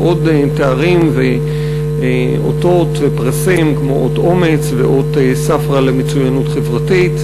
ועוד תארים ואותות ופרסים כמו אות אומ"ץ ואות ספרא למצוינות חברתית.